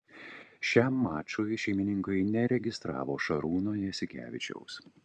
šiam mačui šeimininkai neregistravo šarūno jasikevičiaus